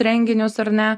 renginius ar ne